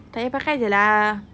tak payah pakai jer lah